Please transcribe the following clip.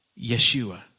Yeshua